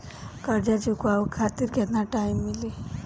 कर्जा चुकावे खातिर केतना टाइम मिली?